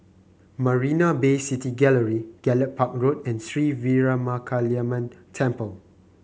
Marina Bay City Gallery Gallop Park Road and Sri Veeramakaliamman Temple